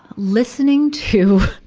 listening to,